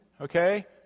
okay